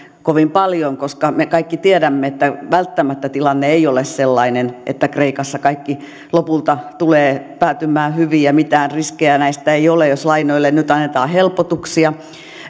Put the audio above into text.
kovin paljon koska me kaikki tiedämme että välttämättä tilanne ei ole sellainen että kreikassa kaikki lopulta tulee päätymään hyvin ja mitään riskejä näistä ei ole jos lainoille nyt annetaan helpotuksia